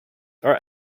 are